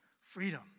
Freedom